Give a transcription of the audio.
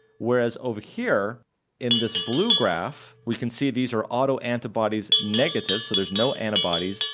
whereas over here in this blue graph we can see these are auto antibodies negative, so there's no antibodies,